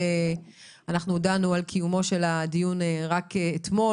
שאנחנו הודענו על קיומו של הדיון רק אתמול,